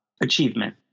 achievement